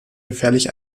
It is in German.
gefährlich